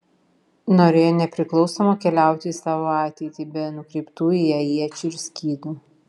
norėjo nepriklausoma keliauti į savo ateitį be nukreiptų į ją iečių ir skydų